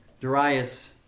Darius